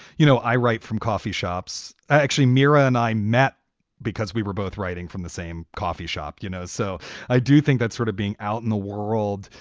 you know, i write from coffee shops. i actually mirror ah and i met because we were both writing from the same coffee shop, you know? so i do think that sort of being out in the world,